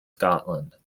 scotland